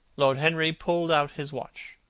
lord henry pulled out his watch.